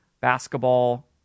basketball